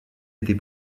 été